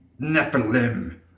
Nephilim